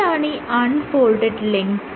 എന്താണീ unfolded length